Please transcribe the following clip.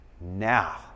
now